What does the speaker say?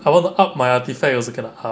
I want to up my artefact also cannot up